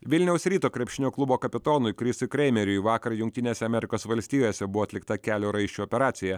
vilniaus ryto krepšinio klubo kapitonui krisui kreimeriui vakar jungtinėse amerikos valstijose buvo atlikta kelio raiščių operacija